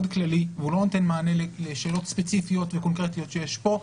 כללי והוא לא נותן מענה לשאלות ספציפיות וקונקרטיות שיש פה.